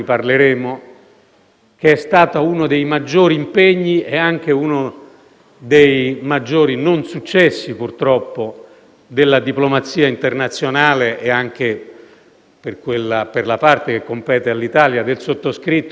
È stata una partita nella quale abbiamo cercato di sperimentare anche nuovi rapporti tra gli Stati Uniti e la Russia; per un certo periodo sembrava che questi nuovi rapporti tra Russia e Stati Uniti per arrivare a una tregua